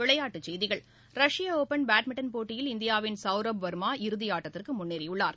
விளையாட்டுச் செய்திகள் ரஷ்ப ஓபன் பேட்மிண்டன் போட்டியில் இந்தியாவின் சௌரப் வர்மா இறுதி ஆட்டத்திற்கு முன்னேறியுள்ளார்